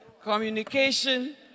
Communication